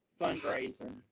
fundraising